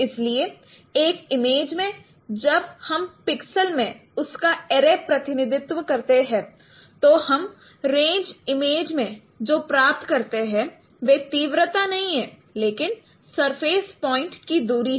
इसलिए एक इमेज में जब हम पिक्सल में उसका एरे प्रतिनिधित्व करते हैं तो हम रेंज इमेज में जो प्राप्त करते हैं वह तीव्रता नहीं है लेकिन सरफेस पॉइंट की दूरी है